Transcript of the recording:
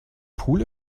pool